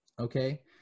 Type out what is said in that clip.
okay